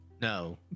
No